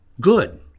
Good